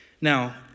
Now